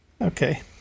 Okay